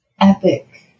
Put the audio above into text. epic